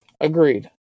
Agreed